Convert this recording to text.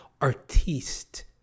artiste